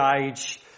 age